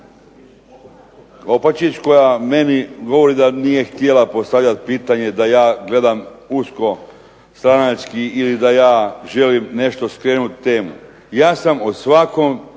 Opačić koja meni govori da nije htjela postavljat pitanje da ja gledamo usko stranački ili da ja želim nešto skrenut temu. Ja sam o svakoj